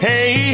Hey